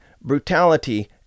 brutality